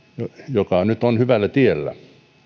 joka nyt on hyvällä tiellä